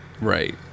Right